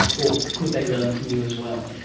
or could they learn from you as well?